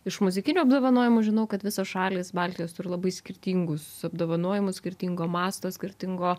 iš muzikinių apdovanojimų žinau kad visos šalys baltijos turi labai skirtingus apdovanojimus skirtingo masto skirtingo